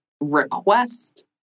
request